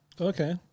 okay